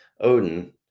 Odin